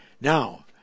now